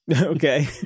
Okay